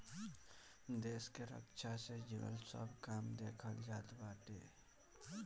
देस के रक्षा से जुड़ल सब काम देखल जात बाटे